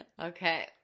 Okay